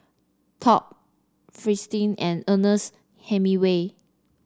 Top Fristine and Ernest Hemingway